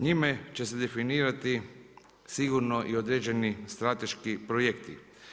Njime će se definirati sigurno i određeni strateški projekti.